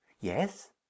Yes